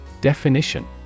Definition